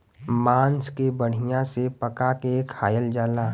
मांस के बढ़िया से पका के खायल जाला